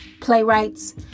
playwrights